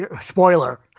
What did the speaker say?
spoiler